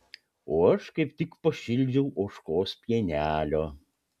o aš kaip tik pašildžiau ožkos pienelio